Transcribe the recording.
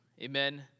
Amen